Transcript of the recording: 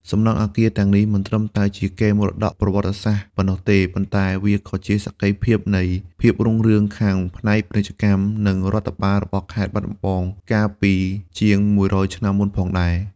សំណង់អគារទាំងនេះមិនត្រឹមតែជាកេរមរតកប្រវត្តិសាស្ត្រប៉ុណ្ណោះទេ ប៉ុន្តែវាក៏ជាសក្ខីភាពនៃភាពរុងរឿងខាងផ្នែកពាណិជ្ជកម្ម និងរដ្ឋបាលរបស់ខេត្តបាត់ដំបងកាលពីជាងមួយរយឆ្នាំមុនផងដែរ។